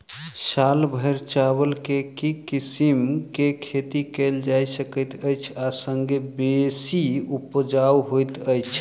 साल भैर चावल केँ के किसिम केँ खेती कैल जाय सकैत अछि आ संगे बेसी उपजाउ होइत अछि?